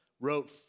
wrote